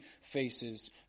faces